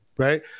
Right